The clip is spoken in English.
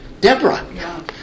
Deborah